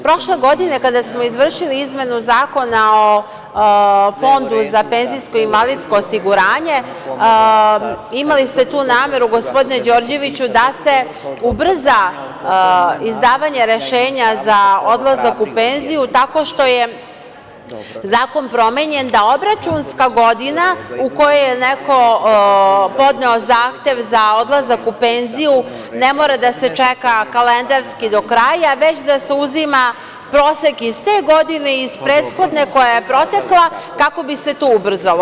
Prošle godine kada smo izvršili izmenu Zakona o PIO, imali ste tu nameru, gospodine Đorđeviću, da se ubrza izdavanje rešenja za odlazak u penziju tako što je zakon promenjen da obračunska godina u kojoj je neko podneo zahtev za odlazak u penziju ne mora da se čeka kalendarski do kraja, već da se uzima prosek iz te godine i iz prethodne koja je protekla kako bi se to ubrzalo.